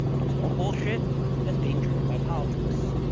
it's all bullshit that's being driven by politics.